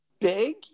Big